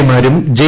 എമാരും ജെ